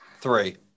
Three